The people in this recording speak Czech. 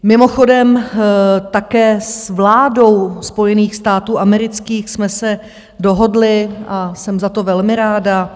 Mimochodem také s vládou Spojených států amerických jsme se dohodli a jsem za to velmi ráda.